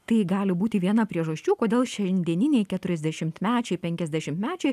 tai gali būti viena priežasčių kodėl šiandieniniai keturiasdešimtmečiai penkiasdešimtmečiai